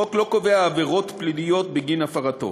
החוק לא קובע עבירות פליליות בגין הפרתו.